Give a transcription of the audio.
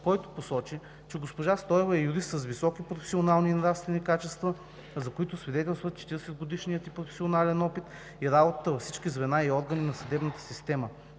който посочи, че госпожа Стоева е юрист с високи професионални и нравствени качества, за които свидетелстват 40-годишният ѝ професионален опит и работата във всички звена и органи на съдебната система.